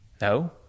No